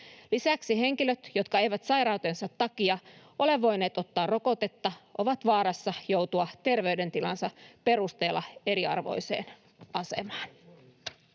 Lisäksi henkilöt, jotka eivät sairautensa takia ole voineet ottaa rokotetta, ovat vaarassa joutua terveydentilansa perusteella eriarvoiseen asemaan.